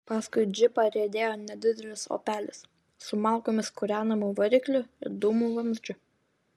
paskui džipą riedėjo nedidelis opelis su malkomis kūrenamu varikliu ir dūmų vamzdžiu